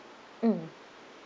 mmhmm